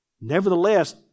Nevertheless